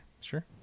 Sure